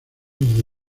desde